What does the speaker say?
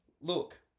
Look